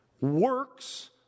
Works